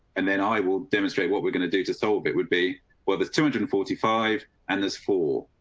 and then i will demonstrate what we're going to do to solve. it would be well, there's two hundred and forty five and there's four.